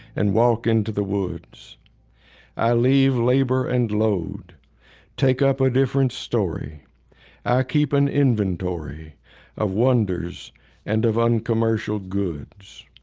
and walk into the woods i leave labor and load take up a different story i keep an inventory of wonders and of uncommercial goods